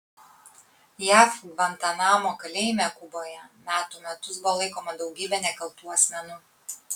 jav gvantanamo kalėjime kuboje metų metus buvo laikoma daugybė nekaltų asmenų